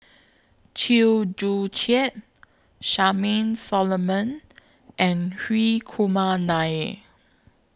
Chew Joo Chiat Charmaine Solomon and Hri Kumar Nair